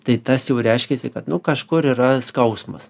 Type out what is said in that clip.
tai tas jau ir reiškiasi kad nu kažkur yra skausmas